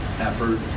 effort